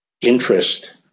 interest